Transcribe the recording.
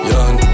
Young